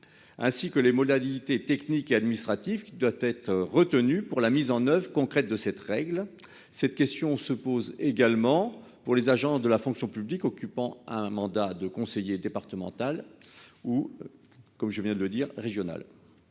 ainsi que les modalités techniques et administratives qui doivent être retenues pour la mise en oeuvre concrète de cette règle. Cette question se pose également pour les agents de la fonction publique occupant un mandat de conseiller départemental. La parole est à Mme la